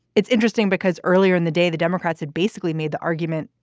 it's interesting because earlier in the day, the democrats had basically made the argument.